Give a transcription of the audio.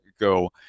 go